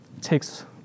takes